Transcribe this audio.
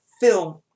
Film